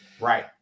Right